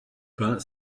pin